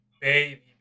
baby